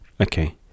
Okay